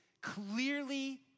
clearly